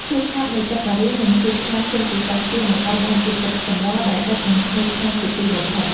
ភាពខាប់នៃទឹកការីនិងជាតិខ្លាញ់ចេញពីសាច់ចៀមបង្កើតបានជាទឹកសម្លដែលដិតនិងឈ្ងុយឆ្ងាញ់ជាទីបំផុត។